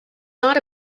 not